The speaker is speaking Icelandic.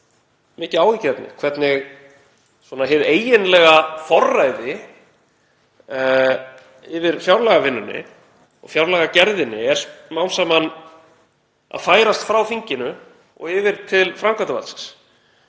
mikið áhyggjuefni hvernig hið eiginlega forræði yfir fjárlagavinnunni og fjárlagagerðinni er smám saman að færast frá þinginu yfir til framkvæmdarvaldsins.